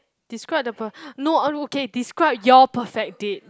describe the per~ no okay describe your perfect date